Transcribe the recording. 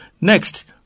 Next